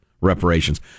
Reparations